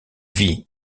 vit